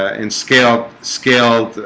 ah in scale scale